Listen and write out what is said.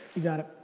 you got it.